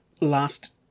last